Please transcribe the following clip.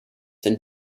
than